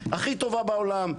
הכי טובה בעולם,